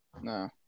no